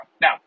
now